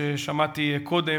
ששמעתי קודם,